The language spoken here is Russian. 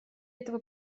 этого